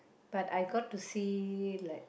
but I got to see like